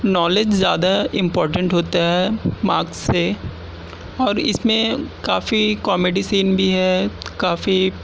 knowledge زیادہ important ہوتا ہے مارکس سے اور اس میں کافی کامیڈی شین بھی ہے کافی